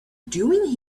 doing